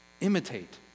imitate